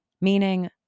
Meaning